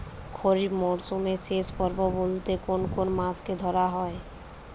খরিপ মরসুমের শেষ পর্ব বলতে কোন কোন মাস কে ধরা হয়?